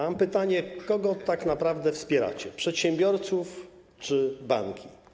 Mam pytanie: Kogo tak naprawdę wspieracie: przedsiębiorców czy banki?